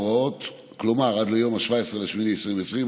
כלומר עד ליום 17 באוגוסט 2020,